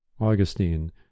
Augustine